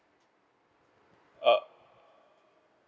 err